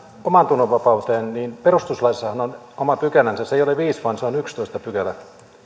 omantunnonvapauteen niin perustuslaissahan on oma pykälänsä se ei ole viides pykälä vaan se on yhdestoista pykälä